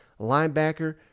Linebacker